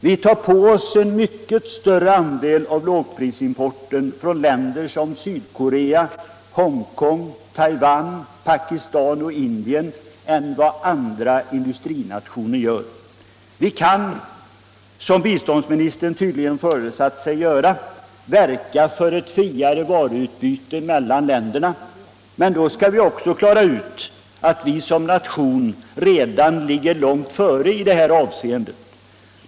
Vi tar på oss en mycket större andel av lågprisimporten från länder som Sydkorca, Hongkong, Taiwan, Pakistan och Indien än andra industrinationer. Vi kan, som biståndsministern tydligen föresatt sig att göra, verka för ett friare varuutbud mellan länderna, men då skal! vi också ha klart för oss att vi som nation redan ligger långt före i detta avseende.